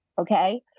okay